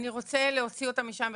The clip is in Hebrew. אני רוצה להוציא אותם משם.